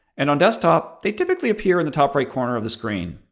and on desktop, they typically appear in the top right corner of the screen.